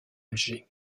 alger